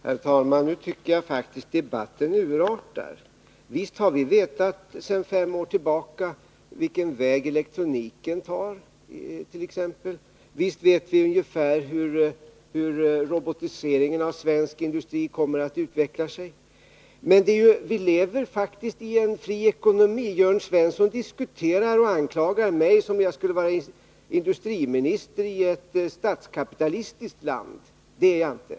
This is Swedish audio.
Herr talman! Nu tycker jag faktiskt att debatten urartar. Visst har vi vetat sedan fem år tillbaka t.ex. vilken väg elektroniken tar, och visst vet vi ungefär hur robotiseringen av svensk industri kommer att utveckla sig. Men vi lever faktiskt i en fri ekonomi. I den här diskussionen anklagar Jörn Svensson mig som om jag skulle vara industriminister i ett statskapitalistiskt land. Men det är jag inte.